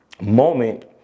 moment